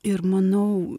ir manau